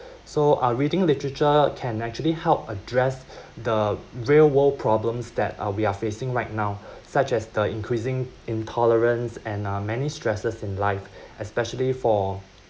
so uh reading literature can actually help address the real world problems that uh we are facing right now such as the increasing intolerance and uh many stresses in life especially for